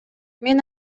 мен